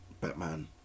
Batman